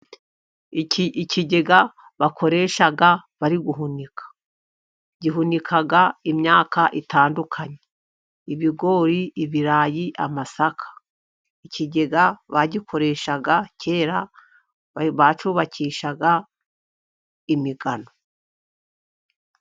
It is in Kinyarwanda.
Iki ikigega bakoresha bari guhunika, gihunika imyaka itandukanye ibigori, ibirayi, amasaka. Ikigega bagikoreshaga kera, bacyubakishaga imigano.